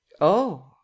Oh